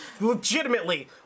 Legitimately